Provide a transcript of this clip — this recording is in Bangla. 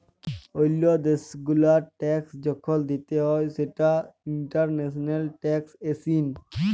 ওল্লো দ্যাশ গুলার ট্যাক্স যখল দিতে হ্যয় সেটা ইন্টারন্যাশনাল ট্যাক্সএশিন